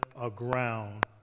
aground